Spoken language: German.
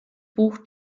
buch